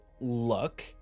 look